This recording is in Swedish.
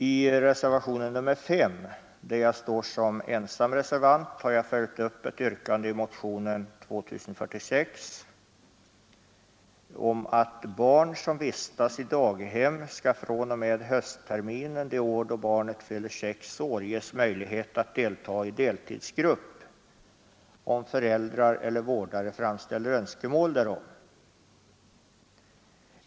I reservationen 5 där jag står som ensam reservant har jag följt upp ett yrkande i motionen 2046 om att barn som vistas i daghem skall från och med höstterminen det år då barnet fyller sex år ges möjlighet att deltaga i deltidsgrupp om föräldrar eller vårdare framställer önskemål därom.